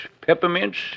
peppermints